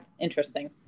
interesting